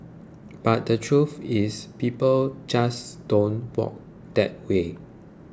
but the truth is people just don't work that way